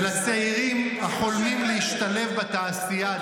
ולצעירים החולמים להשתלב בתעשייה,